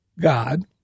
God—